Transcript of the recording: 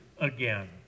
again